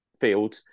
field